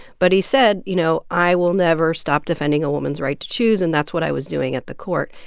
but he said, you know, i will never stop defending a woman's right to choose, and that's what i was doing at the court.